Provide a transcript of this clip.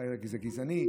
אצל חלק זה גזעני,